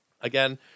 Again